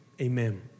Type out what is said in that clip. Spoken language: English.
amen